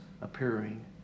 appearing